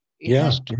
Yes